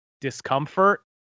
discomfort